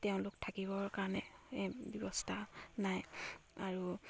তেওঁলোক থাকিবৰ কাৰণে ব্যৱস্থা নাই আৰু